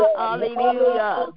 hallelujah